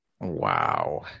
Wow